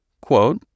quote